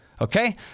Okay